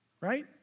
right